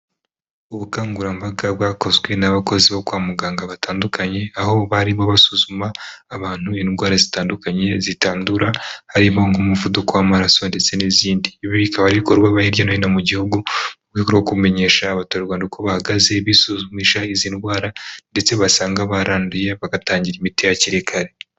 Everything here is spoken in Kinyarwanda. Ubukangurambaga bwakozwe n'abakozi bo kwa muganga batandukanye, aho barimo basuzuma abantu indwara zitandukanye zitandura harimo nk'umuvuduko w'amaraso ndetse n'izindi. Ibi bikaba bikorwa hirya no hino mu gihugu, mu rwego rwo kumenyesha abaturarwanda uko bahagaze bisuzumisha izi ndwara ndetse basanga baranduye bagatangira imiti hakiri kare.